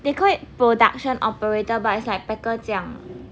they call it production operator but it's like packer 这样